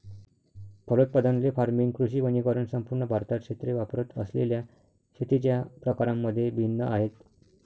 फलोत्पादन, ley farming, कृषी वनीकरण संपूर्ण भारतात क्षेत्रे वापरत असलेल्या शेतीच्या प्रकारांमध्ये भिन्न आहेत